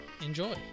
Enjoy